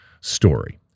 story